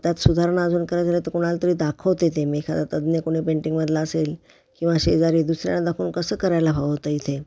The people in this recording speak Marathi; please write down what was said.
त्यात सुधारणा अजून करायचं झालं तर कोणाला तरी दाखवते मी ते एखादा तज्ज्ञ कोणी पेंटिंगमधला असेल किंवा शेजारी दुसऱ्यांना दाखवून कसं करायला हवं होतं इथे